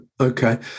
Okay